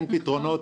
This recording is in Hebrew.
אין פתרונות.